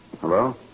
Hello